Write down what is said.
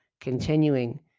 continuing